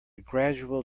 gradual